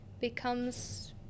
becomes